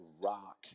rock